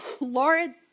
Lord